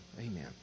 Amen